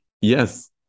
yes